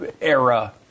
era